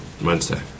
Wednesday